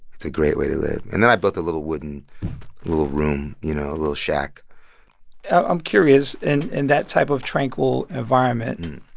a great way to live. and then i built a little wooden little room you know? a little shack i'm curious. and in that type of tranquil environment,